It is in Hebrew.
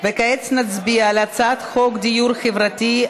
וכעת נצביע על הצעת חוק דיור חברתי,